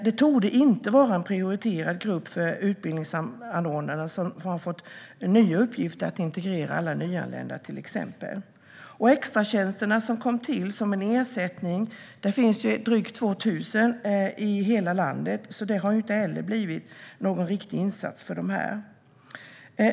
De torde inte vara en prioriterad grupp för utbildningsanordnarna, som till exempel har fått den nya uppgiften att integrera alla nyanlända. Extratjänsterna som kom till som en ersättning är drygt 2 000 i hela landet, så det har inte heller blivit någon riktig insats för dessa människor.